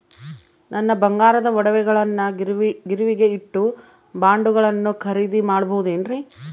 ನನ್ನ ಬಂಗಾರದ ಒಡವೆಗಳನ್ನ ಗಿರಿವಿಗೆ ಇಟ್ಟು ಬಾಂಡುಗಳನ್ನ ಖರೇದಿ ಮಾಡಬಹುದೇನ್ರಿ?